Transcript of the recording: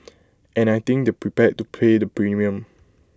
and I think they prepared to pay the premium